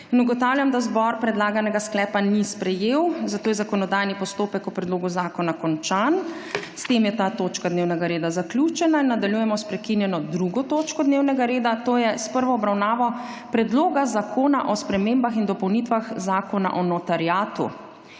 Ugotavljam, da zbor predlaganega sklepa ni sprejel, zato je zakonodajni postopek o predlogu zakona končan. S tem je ta točka dnevnega reda zaključena. Nadaljujemo s prekinjeno 25. točko dnevnega reda, to je s prvo obravnavo Predloga zakona o spremembi Zakona o graditvi